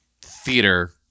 theater